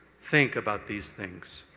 think about these things.